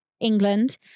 England